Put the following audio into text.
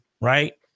right